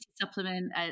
supplement